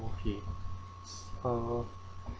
okay uh